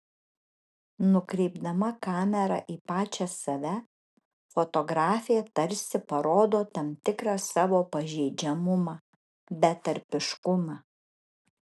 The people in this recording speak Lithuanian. nukreipdama kamerą į pačią save fotografė tarsi parodo tam tikrą savo pažeidžiamumą betarpiškumą